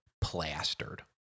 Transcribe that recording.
plastered